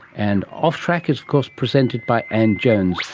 and off track is of course presented by ann jones,